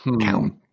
Count